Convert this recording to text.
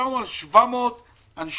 ודיברנו על 700 אנשי